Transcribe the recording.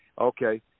okay